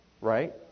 Right